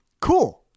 Cool